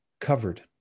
covered